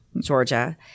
Georgia